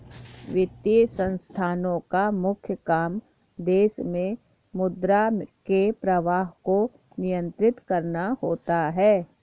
वित्तीय संस्थानोँ का मुख्य काम देश मे मुद्रा के प्रवाह को नियंत्रित करना होता है